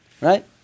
Right